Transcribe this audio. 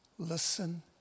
listen